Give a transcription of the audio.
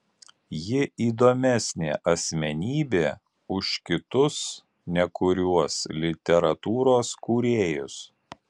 ji įdomesnė asmenybė už kitus nekuriuos literatūros kūrėjus